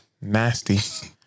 Nasty